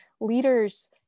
leaders